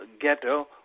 ghetto